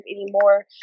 anymore